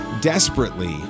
desperately